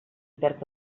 perd